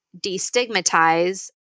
destigmatize